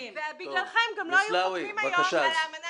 ובגללכם גם לא היו חותמים היום על האמנה